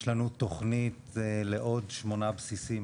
יש לנו תוכנית לעוד שמונה בסיסים